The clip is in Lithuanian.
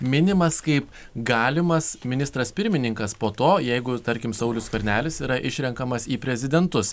minimas kaip galimas ministras pirmininkas po to jeigu tarkim saulius skvernelis yra išrenkamas į prezidentus